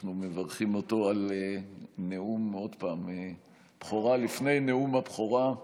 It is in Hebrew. שאנחנו מברכים אותו עוד פעם על נאום בכורה לפני נאום הבכורה.